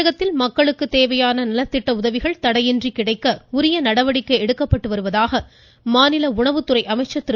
தமிழகத்தில் மக்களுக்கு தேவையான நலத்திட்ட உதவிகள் தடையின்றி கிடைக்க உரிய நடவடிக்கை எடுத்து வருவதாக மாநில உணவுத்துறை அமைச்சர் திரு